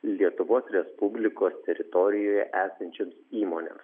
lietuvos respublikos teritorijoje esančioms įmonėms